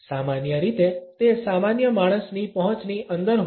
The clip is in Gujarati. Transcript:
સામાન્ય રીતે તે સામાન્ય માણસની પહોંચની અંદર હોય છે